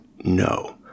no